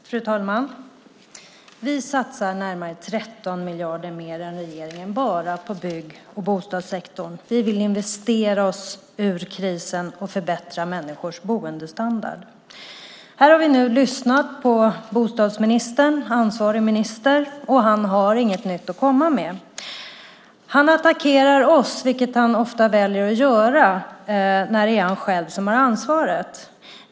Fru talman! Vi satsar närmare 13 miljarder mer än regeringen bara på bygg och bostadssektorn. Vi vill investera oss ur krisen och förbättra människors boendestandard. Här har vi nu lyssnat på bostadsministern, ansvarig minister, och han har inget nytt att komma med. Han attackerar oss, vilket han ofta väljer att göra när det är han själv som har ansvaret.